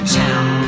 town